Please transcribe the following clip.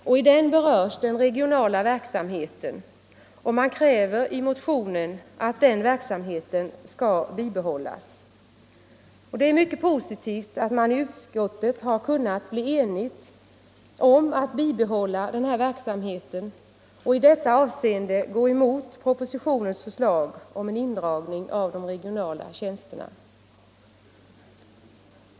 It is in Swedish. I den berörs den regionala verksamheten, och man kräver i motionen att denna verksamhet skall bibehållas. Det är mycket positivt att man inom utskottet har kunnat ena sig om att bibehålla denna verksamhet och i detta avseende gått emot propositionens förslag om en indragning av de regionala tjänsterna.